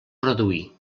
reduir